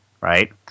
right